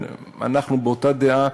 אנחנו באותה דעה,